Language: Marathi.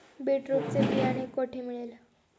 बीटरुट चे बियाणे कोठे मिळेल?